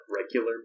regular